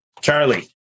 charlie